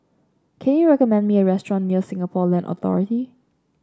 can you recommend me a restaurant near Singapore Land Authority